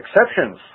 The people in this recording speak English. exceptions